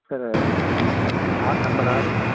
sir ஆறு number ஆறு